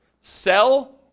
sell